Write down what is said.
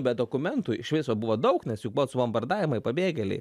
be dokumentų iš viso buvo daug nes juk buvo subombardavimai pabėgėliai